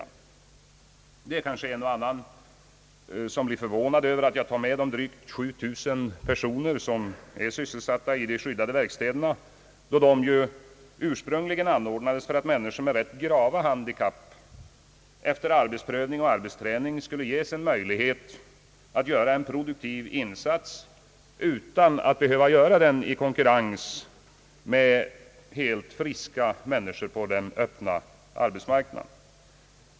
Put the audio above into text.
En och annan kanske är förvånad över att jag tar med de drygt 7 000 personer som är sysselsatta i de skyddade verkstäderna, då dessa anordnades för personer med ganska grava handikapp som efter arbetsprövning och arbetsträning skulle ges en möjlighet att göra en produktiv insats utan att behöva göra det i konkurrens med helt friska människor på den öppna marknaden.